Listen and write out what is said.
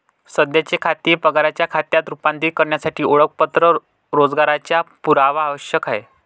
सध्याचे खाते पगाराच्या खात्यात रूपांतरित करण्यासाठी ओळखपत्र रोजगाराचा पुरावा आवश्यक आहे